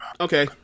okay